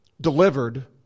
delivered